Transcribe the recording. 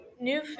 new